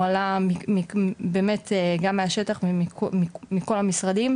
הוא עלה באמת גם מהשטח ומכל המשרדים,